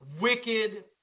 wicked